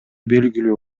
белгилүү